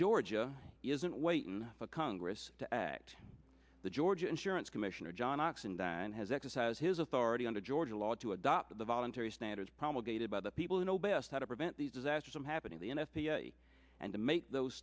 georgia isn't waiting for congress to act the georgia insurance commissioner john oxendine has exercised his authority under georgia law to adopt the voluntary standards promulgated by the people who know best how to prevent these disasters from happening the n f p a and to make those